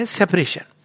separation